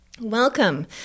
Welcome